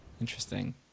Interesting